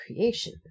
creation